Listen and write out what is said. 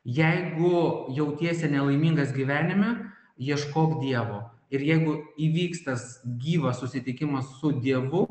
jeigu jautiesi nelaimingas gyvenime ieškok dievo ir jeigu įvyks tas gyvas susitikimas su dievu